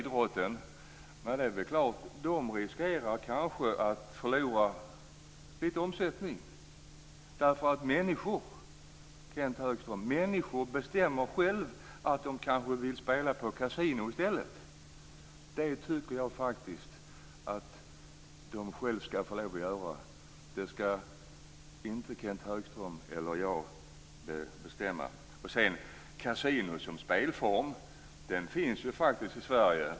De riskerar att förlora lite omsättning. Människor bestämmer själva om de vill spela på kasino, Kenth Högström. Det skall de själva få göra. Kenth Högström eller jag skall inte bestämma. Kasino som spelform finns i Sverige.